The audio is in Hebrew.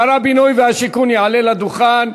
שר הבינוי והשיכון יעלה לדוכן.